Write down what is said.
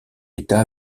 état